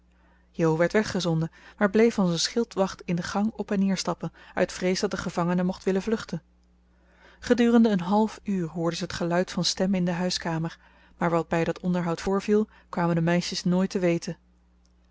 jo werd weggezonden maar bleef als een schildwacht in de gang op en neer stappen uit vrees dat de gevangene mocht willen vluchten gedurende een half uur hoorde ze het geluid van stemmen in de huiskamer maar wat bij dat onderhoud voorviel kwamen de meisjes nooit te weten